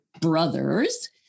brothers